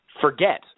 forget